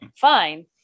fine